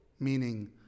meaning